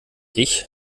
ich